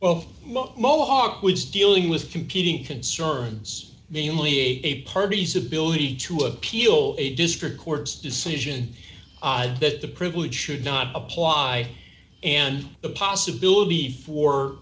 of mohawk was dealing with competing concerns namely a party's ability to appeal a district court's decision that the privilege should not apply and the possibility for